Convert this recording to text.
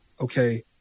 okay